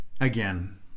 again